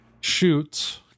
shoots